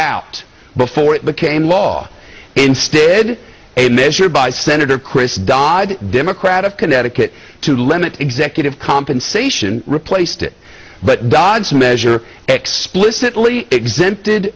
out before it became law instead a measure by senator chris dodd democrat of connecticut to limit executive compensation replaced it but dodd's measure explicitly exempted